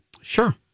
Sure